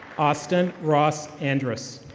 austin ross andris.